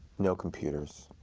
no computers,